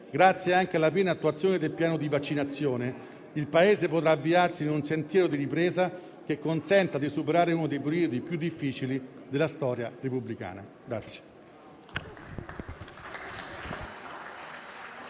Grazie anche alla piena attuazione del piano di vaccinazione, il Paese potrà avviarsi lungo un sentiero di ripresa che consenta di superare uno dei periodi più difficili della storia repubblicana.